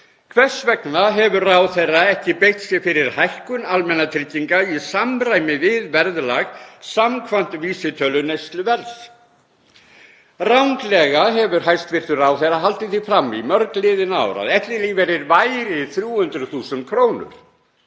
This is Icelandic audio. Hvers vegna hefur ráðherra ekki beitt sér fyrir hækkun almannatrygginga í samræmi við verðlag samkvæmt vísitölu neysluverðs? Ranglega hefur hæstv. ráðherra haldið því fram í mörg liðin ár að ellilífeyrir væri 300.000 kr.